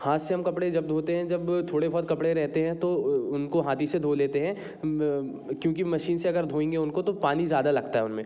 हाथ से हम कपड़े जब धोते हैं जब थोड़े बहुत कपड़े रहते हैं तो उन उनको हाथ ही से धो लेते हैं क्योंकि मशीन से अगर धोएँगे उनको तो पानी ज़्यादा लगता है उन में